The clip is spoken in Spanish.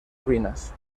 ruinas